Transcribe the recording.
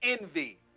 Envy